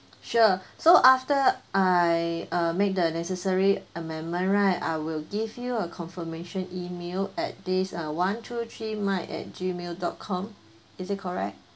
sure so after I uh made the necessary amendment right I will give you a confirmation email at this uh one two three mike at gmail dot com is it correct